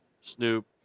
Snoop